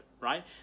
right